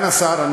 סגן השר.